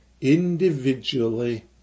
individually